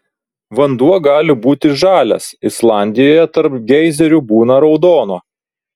vanduo gali būti žalias islandijoje tarp geizerių būna raudono